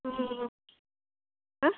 ಹ್ಞೂ ಆಂ